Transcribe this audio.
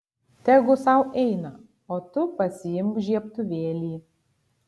tegu sau eina o tu pasiimk žiebtuvėlį